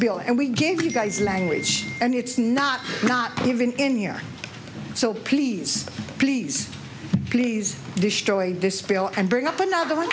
bill and we gave you guys language and it's not not even in year so please please please destroy this bill and bring up another one